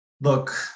look